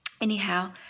anyhow